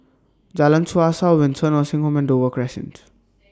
Jalan Suasa Windsor Nursing Home and Dover Crescent